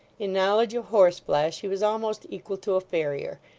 in knowledge of horseflesh he was almost equal to a farrier,